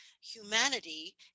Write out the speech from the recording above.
humanity